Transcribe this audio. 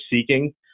seeking